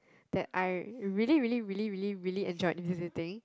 that I really really really really really enjoyed visiting